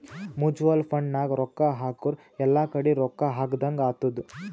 mutual fund ನಾಗ್ ರೊಕ್ಕಾ ಹಾಕುರ್ ಎಲ್ಲಾ ಕಡಿ ರೊಕ್ಕಾ ಹಾಕದಂಗ್ ಆತ್ತುದ್